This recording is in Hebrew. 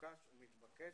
ומבוקש ומתבקש,